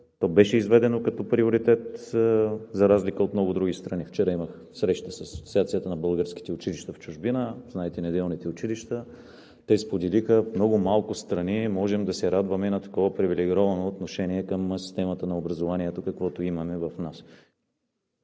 беше изведено като приоритет за разлика от много други страни. Вчера имах среща с Асоциацията на българските училища в чужбина, знаете, на неделните училища. Те споделиха: в много малко страни можем да се радваме на такова привилегировано отношение към системата на образованието, каквото имаме у нас,